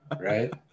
right